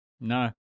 no